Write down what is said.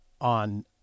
on